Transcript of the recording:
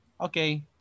okay